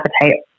appetite